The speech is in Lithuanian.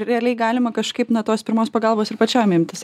realiai galima kažkaip na tos pirmos pagalbos ir pačiam imtis